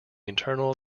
internal